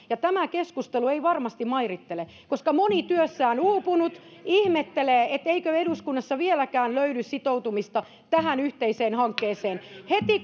ja tämä keskustelu ei varmasti mairittele koska moni työssään uupunut ihmettelee eikö eduskunnassa vieläkään löydy sitoutumista tähän yhteiseen hankkeeseen heti